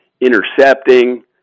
intercepting